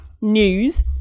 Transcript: news